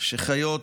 שחיות